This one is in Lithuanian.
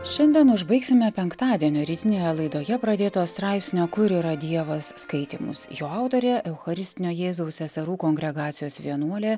šiandien užbaigsime penktadienio rytinėje laidoje pradėto straipsnio kur yra dievas skaitymus jo autorė eucharistinio jėzaus seserų kongregacijos vienuolė